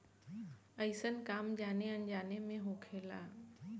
अइसन काम जाने अनजाने मे होखेला